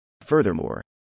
Furthermore